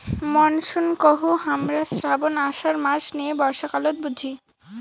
monsoon কহু হামরা শ্রাবণ, আষাঢ় মাস নিয়ে বর্ষাকালত বুঝি